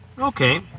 okay